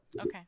Okay